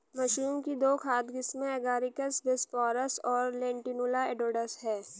mushroom की दो खाद्य किस्में एगारिकस बिस्पोरस और लेंटिनुला एडोडस है